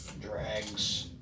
drags